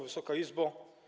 Wysoka Izbo!